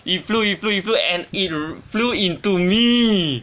it flew it flew it flew and it flew into me